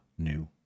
New